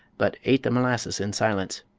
but ate the molasses in silence.